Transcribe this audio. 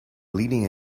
leading